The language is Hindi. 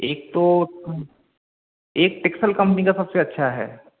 एक तो एक पिक्सल कंपनी का सब से अच्छा है